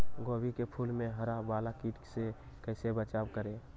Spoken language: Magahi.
गोभी के फूल मे हरा वाला कीट से कैसे बचाब करें?